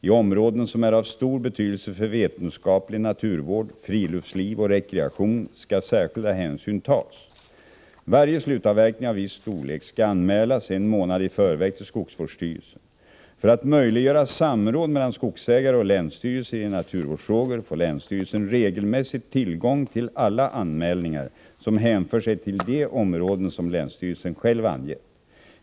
I områden som är av stor betydelse för vetenskaplig naturvård, friluftsliv och rekreation skall särskilda hänsyn tas. Varje slutavverkning av viss storlek skall anmälas en månad i förväg till skogsvårdsstyrelsen. För att möjliggöra samråd mellan skogsägare och länsstyrelser i naturvårdsfrågor får länsstyrelsen regelmässigt tillgång till alla anmälningar som hänför sig till de områden som länsstyrelsen själv angett.